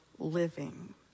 Living